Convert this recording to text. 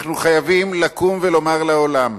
אנחנו חייבים לקום ולומר לעולם: